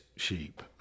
sheep